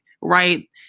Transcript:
Right